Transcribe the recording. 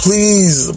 Please